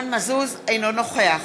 אינו נוכח